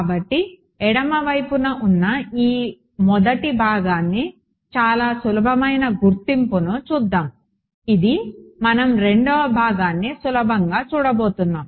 కాబట్టి ఎడమ వైపున ఉన్న ఈ మొదటి భాగాన్ని చాలా సులభమైన గుర్తింపును చూద్దాం ఇది మనం రెండవ భాగాన్ని సులభంగా చూడబోతున్నాం